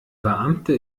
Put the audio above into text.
beamte